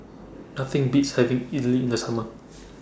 Nothing Beats having Idili in The Summer